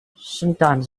sometimes